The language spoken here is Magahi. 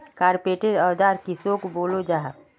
कारपेंटर औजार किसोक बोलो जाहा?